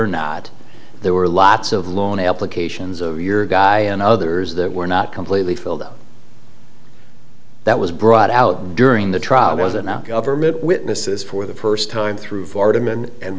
or not there were lots of loan applications of your guy and others that were not completely filled out that was brought out during the trial was it not government witnesses for the first time through fordham and